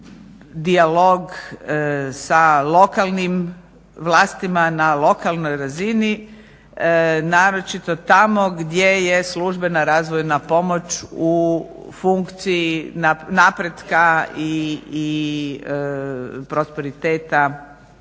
dijalog sa lokalnim vlastima na lokalnoj razini naročito tamo gdje je službena razvojna pomoć u funkciji napretka i prosperiteta